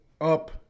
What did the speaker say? up